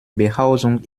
behausung